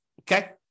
Okay